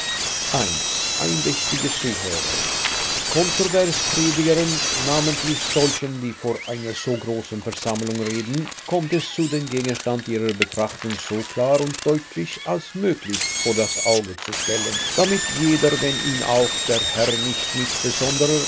i andächtige zuhörer kontroverspredigern namentlich solchen die vor einer so großen versammlung reden kommt es zu den gegenstand ihrer betrachtung so klar und deutlich als möglich vor das auge zu stellen damit jeder wenn ihn auch der herr nicht mit besonderer